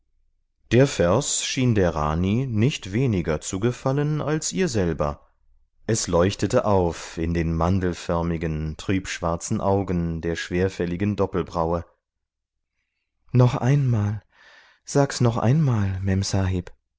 der vers schien der rani nicht weniger zu gefallen als ihr selber es leuchtete auf in den mandelförmigen trübschwarzen augen der schwerfälligen doppelbraue noch einmal sag's noch einmal